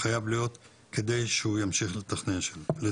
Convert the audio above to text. חייב להיות כדי שהוא ימשיך לתכנן.